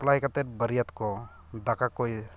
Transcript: ᱵᱟᱯᱞᱟᱭ ᱠᱟᱛᱮ ᱵᱟᱹᱨᱭᱟᱹᱛ ᱠᱚ ᱫᱟᱠᱟᱠᱚ